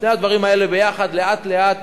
שני הדברים האלה יחד לאט-לאט